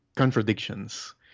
contradictions